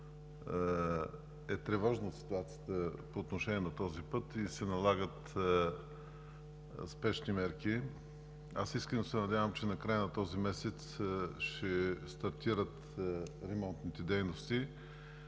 е тревожна ситуацията по отношение на този път и се налагат спешни мерки. Искрено се надявам, че накрая на този месец ще стартират ремонтните дейности.